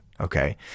Okay